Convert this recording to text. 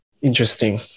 Interesting